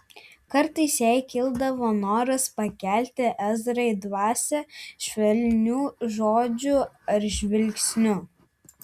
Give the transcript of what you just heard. kartais jai kildavo noras pakelti ezrai dvasią švelniu žodžiu ar žvilgsniu